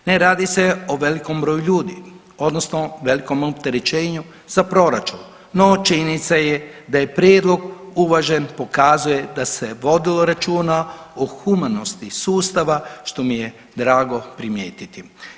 Ne radi se o velikom broju ljudi, odnosno velikom opterećenju za proračun, no činjenica je da je prijedlog uvažen, pokazuje da se vodilo računa o humanosti sustava, što mi je drago primijetiti.